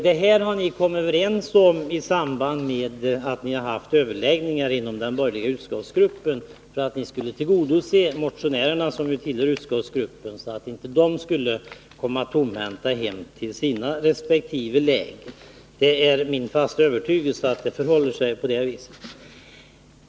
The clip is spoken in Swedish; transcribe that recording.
Detta har ni kommit överens om i samband med överläggningar inom den borgerliga utskottsgruppen, för att ni skulle kunna tillgodose motionärerna. De tillhör den gruppen, och de skulle inte behöva komma tomhänta till sina resp. läger. Det är min fasta övertygelse att det förhåller sig på det viset.